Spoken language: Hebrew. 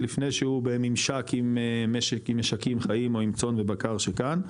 לפני שהוא בממשק עם משק עם משקים חיים או עם צאן ובקר שכאן,